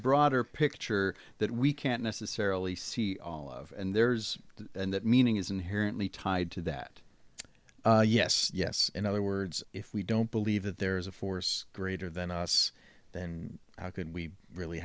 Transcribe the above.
broader picture that we can't necessarily see all of and there's and that meaning is inherently tied to that yes yes in other words if we don't believe that there is a force greater than us then how can we really